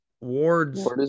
Ward's